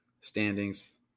Standings